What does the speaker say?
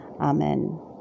Amen